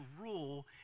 rule